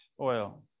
oil